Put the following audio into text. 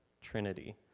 Trinity